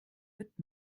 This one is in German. wird